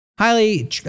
highly